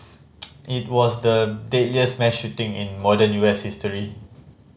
it was the deadliest mass shooting in modern U S history